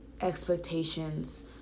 expectations